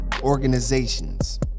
Organizations